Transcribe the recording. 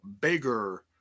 bigger